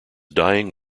dying